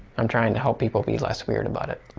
i'm trying to help people be less weird about it.